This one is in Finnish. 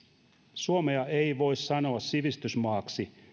suomea ei voi sanoa sivistysmaaksi